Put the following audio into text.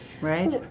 Right